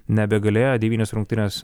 nebegalėjo devynias rungtynes